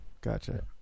Gotcha